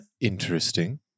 Interesting